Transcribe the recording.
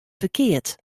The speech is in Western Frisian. ferkeard